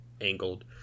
angled